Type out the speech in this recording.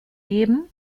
geben